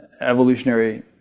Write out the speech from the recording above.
evolutionary